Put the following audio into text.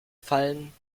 fallen